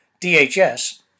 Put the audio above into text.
DHS